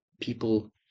people